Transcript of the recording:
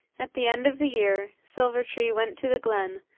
at the end of the year, silver-tree went to the glen,